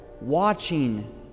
watching